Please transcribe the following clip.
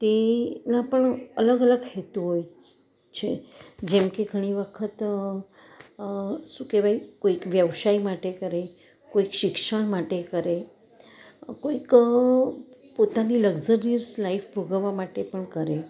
તેના પણ અલગ અલગ હેતુ હોય છે જેમ કે ઘણી વખત શું કહેવાય કોઈક વ્યવસાય માટે કરે કોઈક શિક્ષણ માટે કરે કોઈક પોતાની લકઝરીયસ લાઈફ ભોગવવા માટે પણ કરે